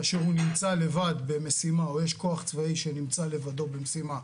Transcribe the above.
כשהוא נמצא לבד במשימה או שיש כוח צבאי שנמצא לבדו במשימה,